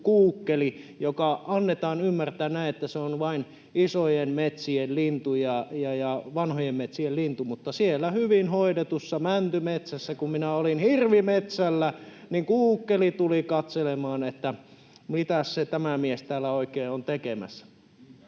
kuukkeli, josta annetaan ymmärtää, että se on vain isojen metsien lintu ja vanhojen metsien lintu, mutta siellä hyvin hoidetussa mäntymetsässä, kun minä olin hirvimetsällä, niin kuukkeli tuli katselemaan, että mitäs se tämä mies täällä oikein on tekemässä.